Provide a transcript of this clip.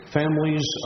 families